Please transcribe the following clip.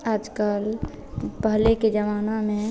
आजकल पहले के ज़माने में